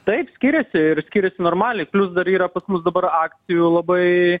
taip skiriasi ir skiriasi normaliai plius dar yra pas mus dabar akcijų labai